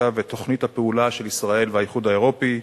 ותוכנית הפעולה של ישראל והאיחוד האירופי,